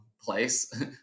place